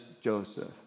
Joseph